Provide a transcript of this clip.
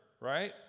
right